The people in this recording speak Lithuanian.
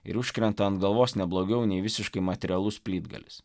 ir užkrenta ant galvos ne blogiau nei visiškai materialus plytgalis